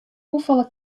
hoefolle